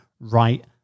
Right